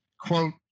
Quote